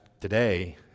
today